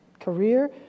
career